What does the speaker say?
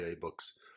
books